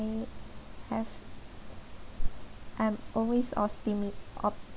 have I'm always optimistic